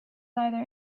either